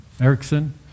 Erickson